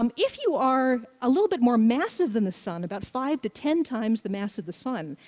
um if you are a little bit more massive than the sun, about five to ten times the mass of the sun,